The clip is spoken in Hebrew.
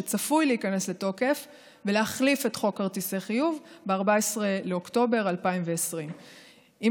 שצפוי להיכנס לתוקף ולהחליף את חוק כרטיסי חיוב ב-14 באוקטובר 2020. עם